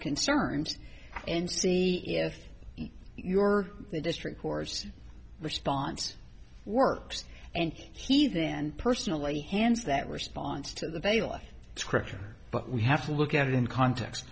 concerns and see if your district corps response works and he then personally hands that response to the bailiff scripture but we have to look at it in context